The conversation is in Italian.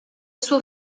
suo